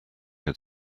had